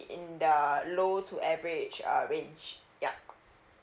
in the low to average uh range ya